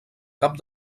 cap